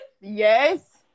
Yes